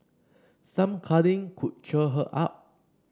some cuddling could cheer her up